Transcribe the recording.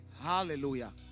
Hallelujah